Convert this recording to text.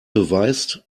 beweist